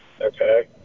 Okay